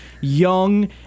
young